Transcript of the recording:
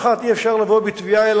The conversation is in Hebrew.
אבל פעם אחת אי-אפשר לבוא בתביעה אל